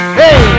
hey